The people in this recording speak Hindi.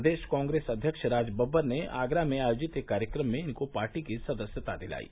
प्रदेश कांग्रेस अध्यक्ष राजबब्बर ने आगरा में आयोजित एक कार्यक्रम में इनको पार्टी की सदस्यता दिलायी